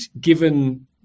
given